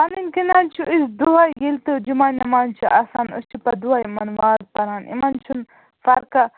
پَنٕنۍ کِنۍ حظ چھِ أسۍ دُعا ییٚلہِ تہٕ جمعہ نٮ۪ماز چھِ آسان أسۍ چھِ پَتہٕ دۄہے یِمَن واعظ پَران یِمَن چھُنہٕ فرقاہ